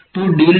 તો શુ બનશે